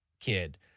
kid